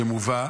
שם מובא,